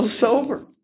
sober